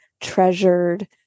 treasured